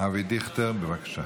אבי דיכטר, בבקשה.